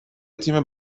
تیم